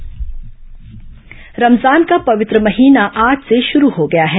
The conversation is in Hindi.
रमजान रमजान का पवित्र महीना आज से शुरू हो गया है है